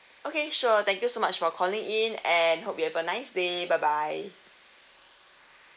okay sure thank you so much for calling in and hope you have a nice day bye bye